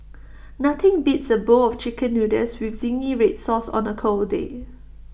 nothing beats A bowl of Chicken Noodles with Zingy Red Sauce on A cold day